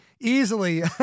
easily